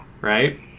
right